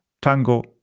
Tango